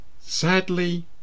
Sadly